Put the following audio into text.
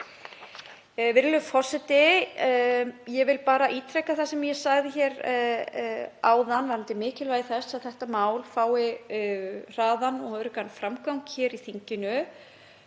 Virðulegur forseti. Ég vil bara ítreka það sem ég sagði áðan um mikilvægi þess að þetta mál fái hraðan og öruggan framgang hér í þinginu.